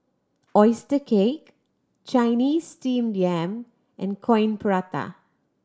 oyster cake Chinese Steamed Yam and Coin Prata